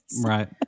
right